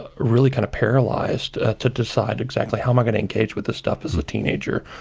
ah really kind of paralyzed to decide exactly, how am i'm going to engage with this stuff as a teenager,